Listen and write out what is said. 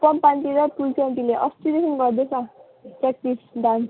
चम्पा aunty र तुल्सी आन्टीले अस्तिदेखिन् गर्दै छ प्र्याक्टिस डान्स